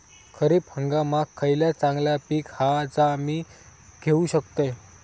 खरीप हंगामाक खयला चांगला पीक हा जा मी घेऊ शकतय?